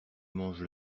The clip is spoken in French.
manges